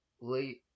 late